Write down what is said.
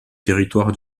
territoire